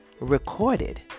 recorded